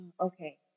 Okay